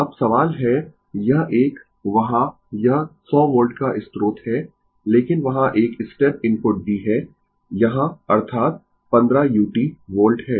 अब सवाल है यह एक वहाँ यह 100 वोल्ट का स्रोत है लेकिन वहाँ एक स्टेप इनपुट भी है यहाँ अर्थात 15 u वोल्ट है